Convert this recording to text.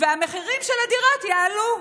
והמחירים של הדירות יעלו.